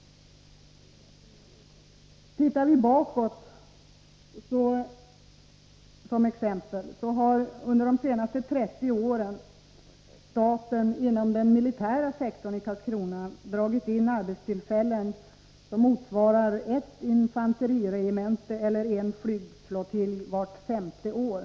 Ser vi bakåt kan vi exempelvis finna att staten under de senaste 30 åren inom den militära sektorn i Karlskrona har dragit in arbetstillfällen som motsvarar ett infanteriregemente eller en flygflottilj vart femte år.